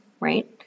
right